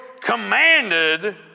commanded